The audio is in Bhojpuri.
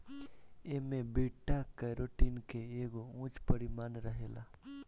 एमे बीटा कैरोटिन के एगो उच्च परिमाण रहेला